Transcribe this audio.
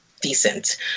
decent